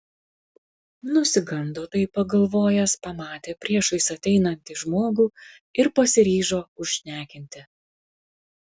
nusigando taip pagalvojęs pamatė priešais ateinanti žmogų ir pasiryžo užšnekinti